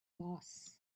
moss